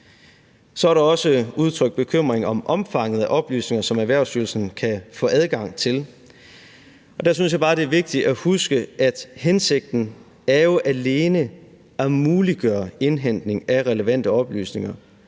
Så er der også udtrykt bekymring om omfanget af oplysninger, som Erhvervsstyrelsen kan få adgang til. Og der synes jeg bare, det er vigtigt at huske, at hensigten jo alene er at muliggøre indhentning af relevante oplysninger